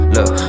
Look